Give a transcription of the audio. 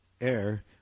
air